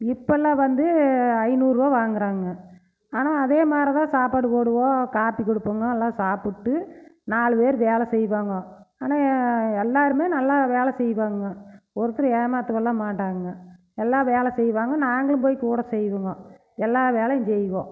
இப்பெலாம் வந்து ஐநூறு ரூபா வாங்கிறாங்க ஆனால் அதே மாதிரிதான் சாப்பாடு போடுவோம் காப்பி கொடுப்போம்ங்க எல்லாம் சாப்பிட்டு நாலு பேர் வேலை செய்வாங்க ஆனால் எல்லாேருமே நல்லா வேலை செய்வாங்கங்க ஒருத்தரும் ஏமாற்றவலாம் மாட்டாங்கங்க எல்லாம் வேலை செய்வாங்க நாங்களும் போய் கூட செய்வோம்ங்க எல்லா வேலையும் செய்வோம்